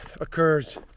occurs